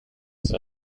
ist